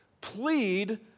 Plead